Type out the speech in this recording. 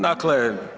Dakle,